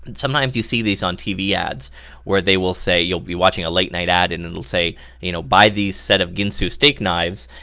sometimes you see these on t v. ads where they will say, you'll be watching a late night ad, and and it'll say you know, buy these set of ginsu steak knives,